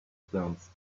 stones